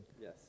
Yes